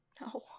No